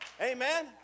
Amen